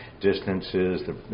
distances